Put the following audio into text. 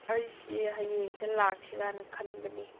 ꯑꯩꯁꯤ ꯍꯌꯦꯡꯁꯦ ꯂꯥꯛꯁꯤꯔꯥꯅ ꯈꯟꯕꯅꯤ